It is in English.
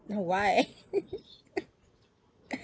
no why